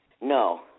No